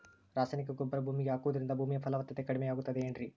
ರಾಸಾಯನಿಕ ಗೊಬ್ಬರ ಭೂಮಿಗೆ ಹಾಕುವುದರಿಂದ ಭೂಮಿಯ ಫಲವತ್ತತೆ ಕಡಿಮೆಯಾಗುತ್ತದೆ ಏನ್ರಿ?